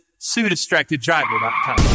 suedistracteddriver.com